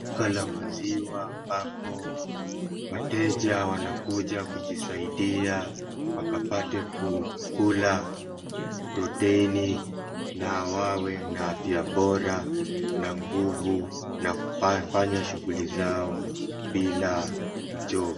Duka la maziwa ambapo wateja wanakuja kujisaidia, wakapate kukula protein na wawe na afya bora, na nguvu na kufanya shughuli zao bila uchovu.